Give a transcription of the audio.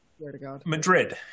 Madrid